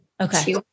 Okay